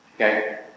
Okay